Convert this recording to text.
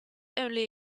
only